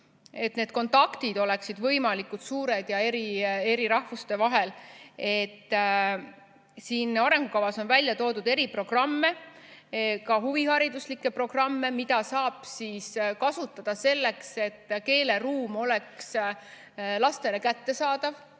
need kontaktid oleksid võimalikult tihedad ja eri rahvuste vahel. Siin arengukavas on välja toodud eri programme, ka huvihariduslikke programme, mida saab kasutada selleks, et keeleruum oleks lastele kättesaadav.